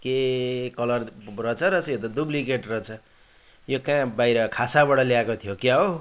के कलर रहेछ रहेछ यो त डुप्लिकेट रहेछ यो कहाँ बाहिर खासाबाट ल्याएको थियो क्या हो